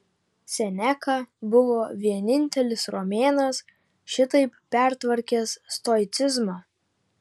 seneka buvo vienintelis romėnas šitaip pertvarkęs stoicizmą